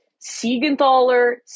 Siegenthaler